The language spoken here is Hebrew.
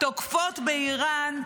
תוקפות באיראן,